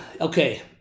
Okay